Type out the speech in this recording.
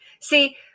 See